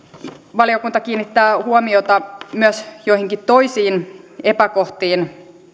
valiokunta kiinnittää huomiota myös joihinkin toisiin epäkohtiin